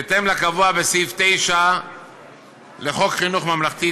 בהתאם לקבוע בסעיף 4 לחוק חינוך ממלכתי,